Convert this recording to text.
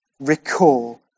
recall